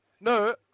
no